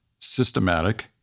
systematic